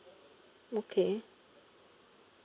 okay